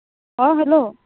অঁ হেল্ল'